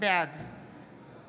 בעד